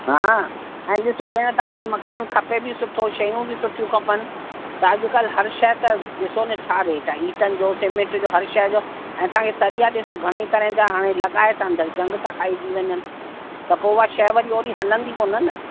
हा अॼ सुबुह में तव्हांखे मकानु खपे बि सुठो शयूं बि सुठियूं खपनि त अॼकल्ह हर शइ त ॾिसो न छा रेट आहे ईटन जो सीमेंट जो हर शइ जो ऐं तव्हांखे सरिया ॾिसो घणेई तरह जा हाणे लॻाए त अंदरि जंग था खाइजी वञनि त पोइ उहा शइ वरी ओहिड़ी हलंदी कोन्ह न